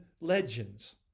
legends